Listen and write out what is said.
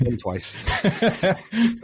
twice